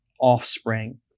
offspring